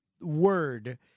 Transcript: word